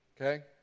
okay